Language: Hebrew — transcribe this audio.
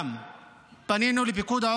אנחנו פנינו גם לפיקוד העורף